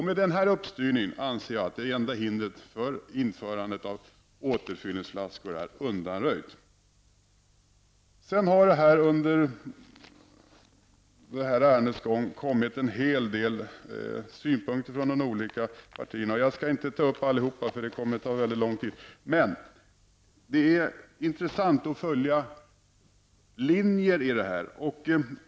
Med denna uppstyrning anser jag att det enda hindret för införande av återfyllningsflaskor är undanröjt. Det har under ärendets gång kommit en hel del synpunkter från de olika partierna. Jag skall inte ta upp alla, eftersom det skulle ta mycket lång tid. Det är intressant att följa linjerna i det här.